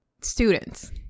students